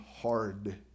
hard